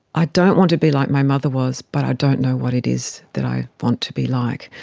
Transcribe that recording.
i don't want to be like my mother was but i don't know what it is that i want to be like.